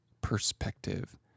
perspective